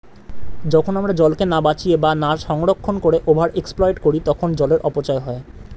যখন আমরা জলকে না বাঁচিয়ে বা না সংরক্ষণ করে ওভার এক্সপ্লইট করি তখন জলের অপচয় হয়